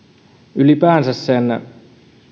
ylipäänsä